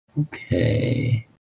okay